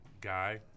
guy